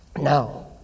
now